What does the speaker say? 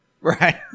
right